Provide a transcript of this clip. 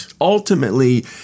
Ultimately